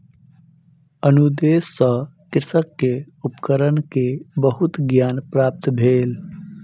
अनुदेश सॅ कृषक के उपकरण के बहुत ज्ञान प्राप्त भेल